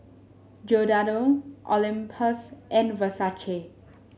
Giordano Olympus and Versace